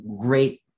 great